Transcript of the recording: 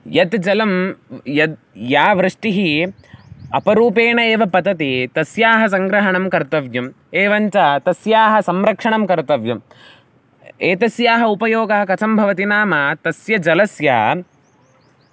यत् जलं यद् या वृष्टिः अपरूपेण एव पतति तस्याः सङ्ग्रहणं कर्तव्यम् एवञ्च तस्याः संरक्षणं कर्तव्यम् एतस्याः उपयोगः कथं भवति नाम तस्य जलस्य